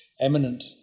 eminent